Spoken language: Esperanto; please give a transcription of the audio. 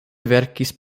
verkis